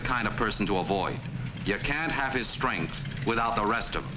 the kind of person to avoid your can't have his strength without the rest of